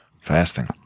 Fasting